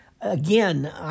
Again